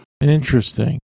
Interesting